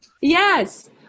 Yes